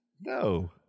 No